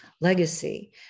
legacy